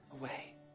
away